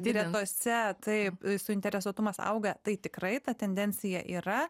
gretose taip suinteresuotumas auga tai tikrai ta tendencija yra